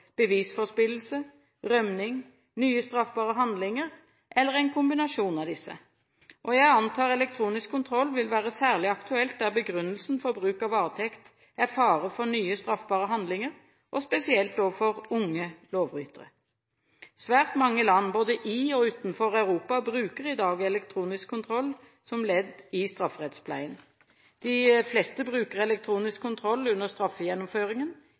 bevisforspillelse, rømning, nye straffbare handlinger, eller en kombinasjon av disse. Jeg antar elektronisk kontroll vil være særlig aktuelt der begrunnelsen for bruk av varetekt er fare for nye straffbare handlinger og spesielt overfor unge lovbrytere. Svært mange land både i og utenfor Europa bruker i dag elektronisk kontroll som ledd i strafferettspleien. De fleste bruker elektronisk kontroll under straffegjennomføringen,